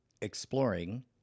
exploring